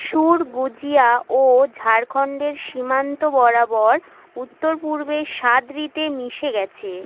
সুরগুজিয়া ও ঝাড়খণ্ডের সীমান্ত বরাবর উত্তর পূর্বে সাদরিতে মিশে গিয়েছে